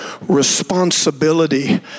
responsibility